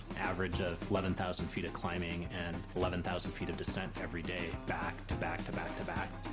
average of eleven thousand feet of climbing, and eleven thousand feet of descent every day, back to back to back to back,